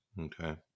Okay